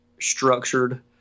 structured